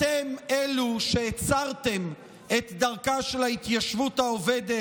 אתם אלו שהצרתם את דרכה של ההתיישבות העובדת,